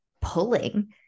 pulling